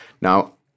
Now